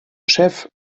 chef